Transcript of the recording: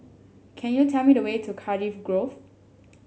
can you tell me the way to Cardiff Grove